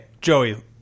Joey